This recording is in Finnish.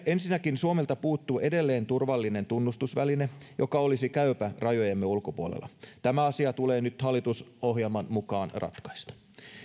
ensinnäkin suomelta puuttuu edelleen turvallinen tunnistusväline joka olisi käypä rajojemme ulkopuolella tämä asia tulee nyt hallitusohjelman mukaan ratkaista